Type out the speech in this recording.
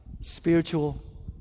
spiritual